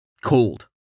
Cold